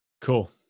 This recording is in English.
Cool